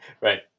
Right